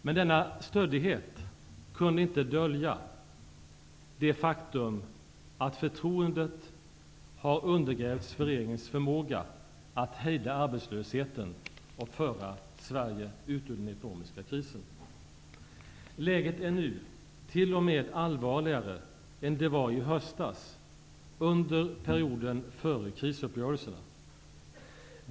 Men denna stöddighet kunde inte dölja det faktum att förtroendet har undergrävts för regeringens förmåga att hejda arbetslösheten och föra Sverige ut ur den ekonomiska krisen. Läget är nu t.o.m. allvarligare än det var i höstas under perioden före krisuppgörelserna.